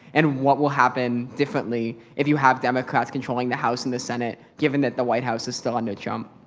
and what will happen differently if you have democratic controlling the house and the senate, given that the white house is still under trump?